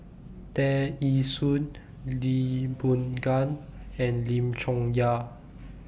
Tear Ee Soon Lee Boon Ngan and Lim Chong Yah